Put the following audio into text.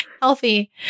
healthy